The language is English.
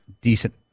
decent